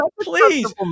please